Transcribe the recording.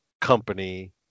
company